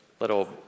little